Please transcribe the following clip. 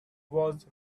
was